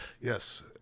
Yes